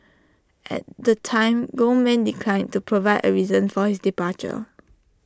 at the time Goldman declined to provide A reason for his departure